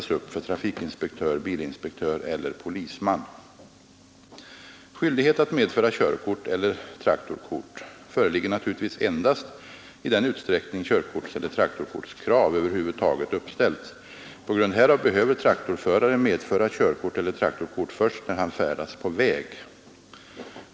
Skyldighet att medföra körkort eller traktorkort föreligger naturligtvis endast i den utsträckning körkortseller traktorkortskrav över huvud taget uppställts. På grund härav behöver traktorförare medföra körkort eller traktorkort först när han färdas på väg.